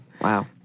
Wow